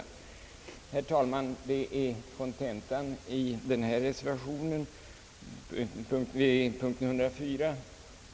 Herr talman! Detta är kontentan av reservationen under punkt 104.